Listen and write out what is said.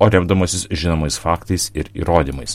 o remdamasis žinomais faktais ir įrodymais